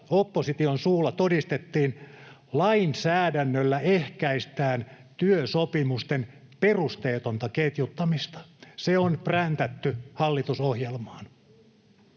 opposition suulla on todistettu, lainsäädännöllä ehkäistään työsopimusten perusteetonta ketjuttamista. Se on präntätty hallitusohjelmaan.